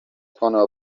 gonna